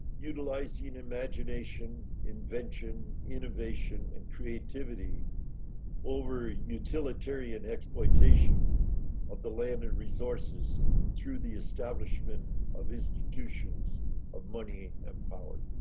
utilizing imagination, invention, innovation, and creativity over utilitarian exploitation of the land and resources through the establishment of institutions of money and power.